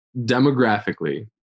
demographically